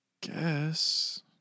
guess